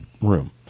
room